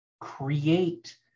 create